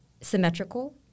symmetrical